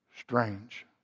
strange